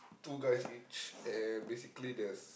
two guys each and basically the